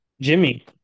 Jimmy